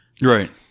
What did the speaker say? Right